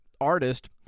artist